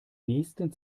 nächsten